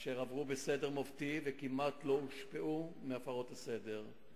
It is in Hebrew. והביקורים עברו בסדר מופתי וכמעט לא הושפעו מהפרות הסדר.